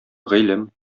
гыйлем